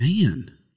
Man